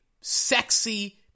sexy